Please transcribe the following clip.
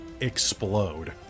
explode